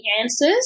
answers